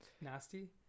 nasty